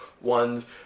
ones